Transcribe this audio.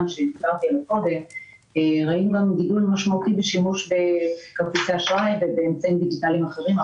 יש גם גידול משמעותי בשימוש בכרטיסי אשראי ובאמצעים דיגיטליים אחרים.